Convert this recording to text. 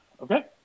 Okay